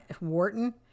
Wharton